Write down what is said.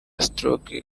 stroke